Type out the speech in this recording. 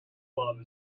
club